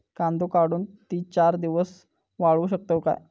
कांदो काढुन ती चार दिवस वाळऊ शकतव काय?